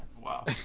Wow